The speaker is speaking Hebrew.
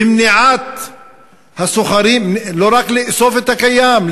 ולא רק לאסוף את הקיים,